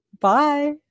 Bye